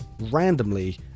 randomly